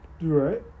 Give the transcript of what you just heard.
Right